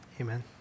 amen